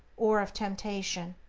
or of temptation.